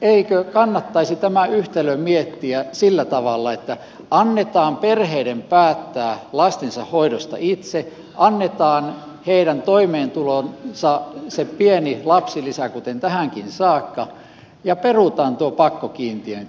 eikö kannattaisi tämä yhtälö miettiä sillä tavalla että annetaan perheiden päättää lastensa hoidosta itse annetaan heidän toimeentuloonsa se pieni lapsilisä kuten tähänkin saakka ja perutaan tuo pakkokiintiöinti